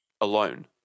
alone